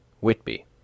WHITBY